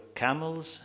camels